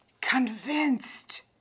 convinced